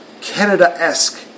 Canada-esque